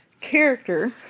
character